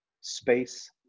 space